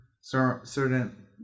certain